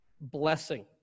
blessing